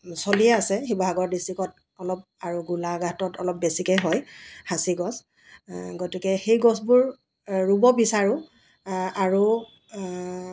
চলি আছে শিৱসাগৰ ডিষ্টিক্টত অলপ আৰু গোলাঘাটত অলপ বেছিকৈ হয় সাঁচিগছ গতিকে সেই গছবোৰ ৰুব বিচাৰোঁ আৰু